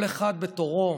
כל אחד בתורו